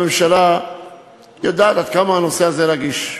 הממשלה יודעת עד כמה הנושא הזה רגיש,